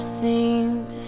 seems